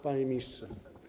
Panie Ministrze!